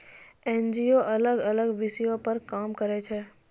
NGO अलग अलग विषयो पे काम करै छै